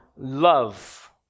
love